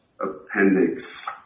appendix